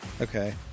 Okay